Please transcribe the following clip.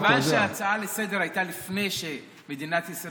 כיוון שההצעה לסדר-היום הייתה לפני שמדינת ישראל